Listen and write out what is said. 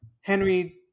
Henry